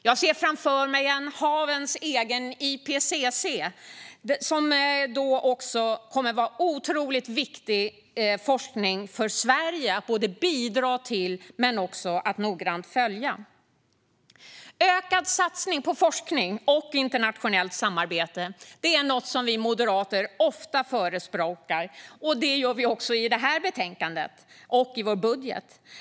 Jag ser framför mig en havens egen IPCC, som kommer att vara otroligt viktig forskning för Sverige att både bidra till och också noga följa. Ökad satsning på forskning och internationellt samarbete är något som vi moderater ofta förespråkar. Det gör vi också i det här betänkandet och i vår budget.